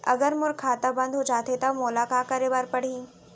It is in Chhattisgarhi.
अगर मोर खाता बन्द हो जाथे त मोला का करे बार पड़हि?